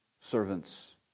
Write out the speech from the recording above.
servants